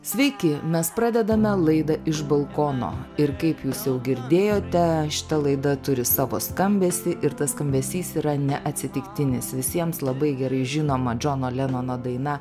sveiki mes pradedame laidą iš balkono ir kaip jūs jau girdėjote šita laida turi savo skambesį ir tas skambesys yra neatsitiktinis visiems labai gerai žinoma džono lenono dainą